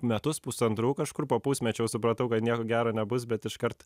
metus pusantrų kažkur po pusmečio supratau kad nieko gero nebus bet iškart